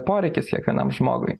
poreikis kiekvienam žmogui